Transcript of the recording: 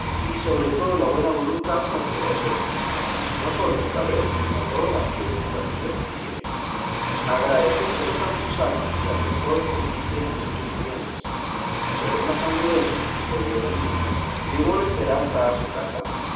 y sobre todo la buena voluntad con que lo ofrezco no sólo esta vez sino todas las que v m quisiere agradecióselo campuzano y aceptó el convite y los ofrecimientos fueron a san llorente oyeron misa llevóle peralta a su casa